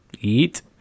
eat